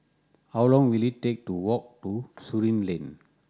how long will it take to walk to Surin Lane